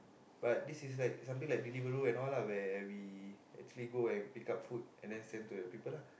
but this is like something like Deliveroo and all lah where we actually go and pick up food and then send to all the people lah